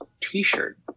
T-shirt